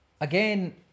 Again